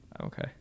Okay